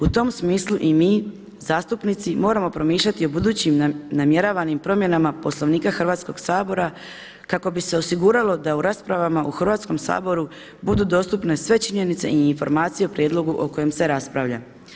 U tom smislu i mi zastupnici moram promišljati o budućim namjeravanim promjenama Poslovnika Hrvatskog sabora kako bi se osiguralo da u raspravama u Hrvatskom saboru budu dostupne sve činjenice i informacije o prijedlogu o kojem se raspravlja.